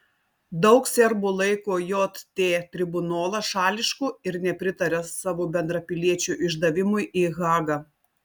daug serbų laiko jt tribunolą šališku ir nepritaria savo bendrapiliečių išdavimui į hagą